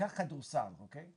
לא רואה פה איזה כשל שבהכרח אנחנו,